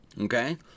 Okay